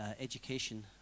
education